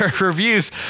reviews